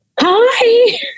Hi